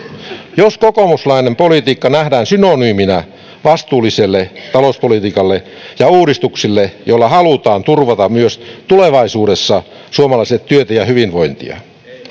jos kokoomuslainen politiikka nähdään synonyymina vastuulliselle talouspolitiikalle ja uudistuksille joilla halutaan turvata myös tulevaisuudessa suomalaisille työtä ja hyvinvointia